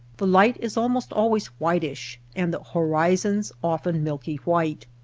the light is almost always whitish, and the horizons often milky white.